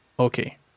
Okay